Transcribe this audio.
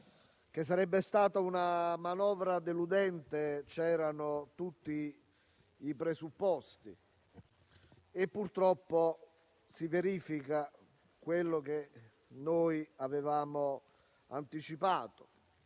Che sarebbe stata una manovra deludente c'erano tutti i presupposti, e, purtroppo, si verifica quello che avevamo anticipato: